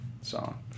song